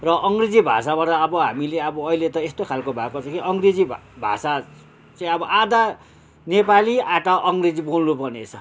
र अङ्ग्रेजी भाषाबाट अब हामीले अब अहिले त यस्तो खालको भएको छ कि अङ्ग्रेजी भा भाषा चाहिँ अब आधा नेपाली आधा अङ्ग्रेजी बोल्नु पर्ने रैछ